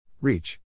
Reach